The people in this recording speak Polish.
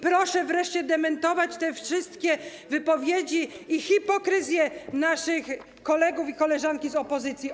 Proszę wreszcie zdementować te wszystkie wypowiedzi i hipokryzję naszych kolegów i koleżanki z opozycji.